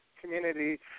community